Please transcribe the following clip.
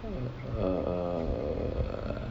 err